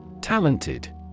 Talented